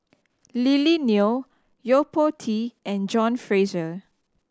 Lily Neo Yo Po Tee and John Fraser